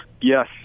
yes